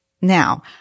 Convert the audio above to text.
Now